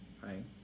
right